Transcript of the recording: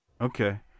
Okay